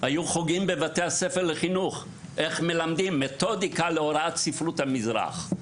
היו חוגים בבתי הספר לחינוך איך מלמדים מתודיקה להוראת ספרות המזרח,